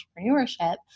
entrepreneurship